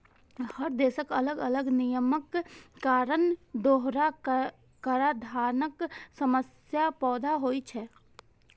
हर देशक अलग अलग नियमक कारण दोहरा कराधानक समस्या पैदा होइ छै